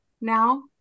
now